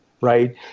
right